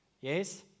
Yes